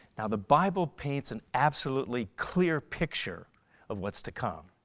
now the bible paints an absolutely clear picture of what's to come.